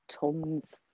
tons